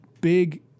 big